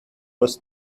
was